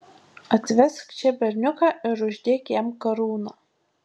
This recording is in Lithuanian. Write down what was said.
atvesk čia berniuką ir uždėk jam karūną